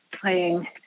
playing